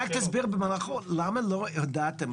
רק תסביר למה לא יידעתם,